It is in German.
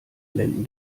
blenden